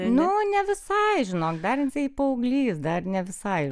nu ne visai žinok dar jisai paauglys dar ne visai